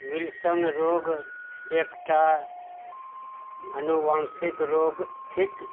Wilson रोग एकटा अनुवान्शिक रोग थिक